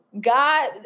God